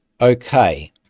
okay